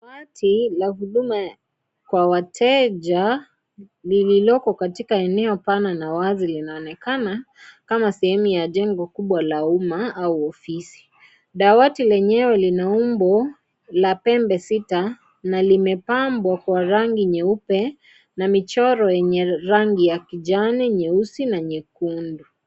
Dawati la huduma kwa wateja lililoko katika eneo Pana na wazi linaonekana kama sehemu ya jengo kubwa la umma au ofisi. Dawati lenyewe Lina umbo la pembe sita na limepambwa kwa rangi nyeupe na michoro yenye rangi ya kijani, nyeusi na nyekundu.